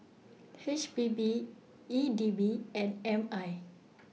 H P B E D B and M I